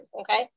okay